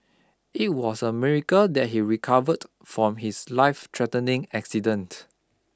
it was a miracle that he recovered from his life-threatening accident